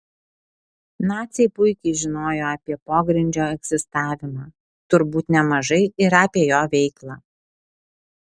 naciai puikiai žinojo apie pogrindžio egzistavimą turbūt nemažai ir apie jo veiklą